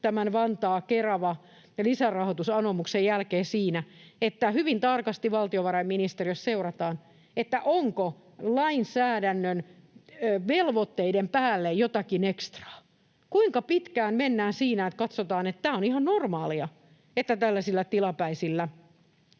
tämän Vantaa—Kerava-lisärahoitusanomuksen jälkeen siinä, että hyvin tarkasti valtiovarainministeriössä seurataan, onko lainsäädännön velvoitteiden päälle jotakin ekstraa. Kuinka pitkälle mennään siinä, että katsotaan, että tämä on ihan normaalia, että tällaisilla tilapäisillä